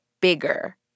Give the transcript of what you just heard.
bigger